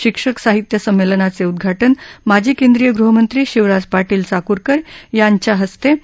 शिक्षक साहित्य संमेलनाचं उद्घाटन माजी केंद्रीय गृहमंत्री शिवराज पाटील चाकूरकर यांच्या हस्ते सोमवार दि